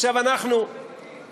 וגם שיתייצב במדים.